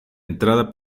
entrada